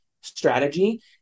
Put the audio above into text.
strategy